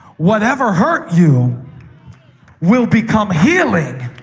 whatever hurt you will become healing